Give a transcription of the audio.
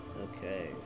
Okay